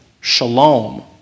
Shalom